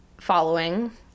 following